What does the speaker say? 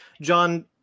John